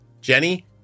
Jenny